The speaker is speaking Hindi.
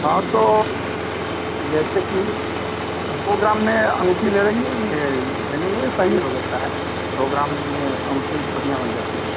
हँ तो जैसेकि दो ग्राम में अंगूठी ले रही हैं सही हो सकता है दो ग्राम में अंगूठी बढ़िया बन जाती है